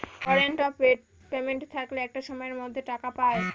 warrant of payment থাকলে একটা সময়ের মধ্যে টাকা পায়